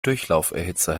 durchlauferhitzer